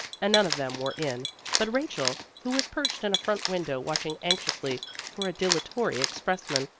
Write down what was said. and none of them were in but rachel, who was perched in a front window watching anxiously for a dilatory expressman,